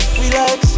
relax